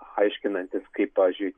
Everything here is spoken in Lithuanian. aiškinantis kaip pavyzdžiui